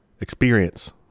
experience